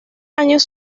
años